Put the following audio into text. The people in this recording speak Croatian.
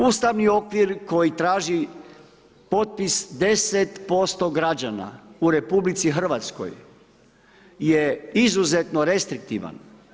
Ustavni okvir koji traži potpis 10% građana u RH je izuzetno restriktivan.